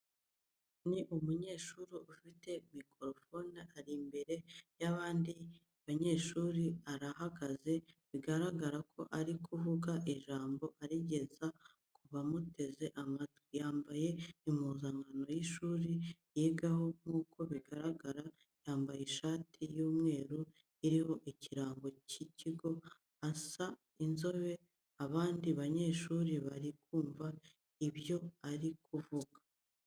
Ni umunyeshuri ufite mikorofone ari imbere y'abandi banyeshuri arahagaze bigaragara ko ari kuvuga ijambo arigeza ku bamuteze amatwi, yambaye impuza nkano y'ishuri yigaho nk'uko bigaragara, yambaye ishati y'umweru iriho ikirango cy'ikigo asa inzobe, abandi banyeshuri bari kumva ibyo ari kuvuga.